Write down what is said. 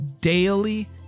daily